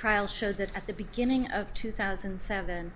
trial showed that at the beginning of two thousand and seven